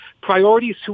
priorities